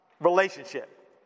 relationship